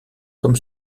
comme